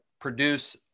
produce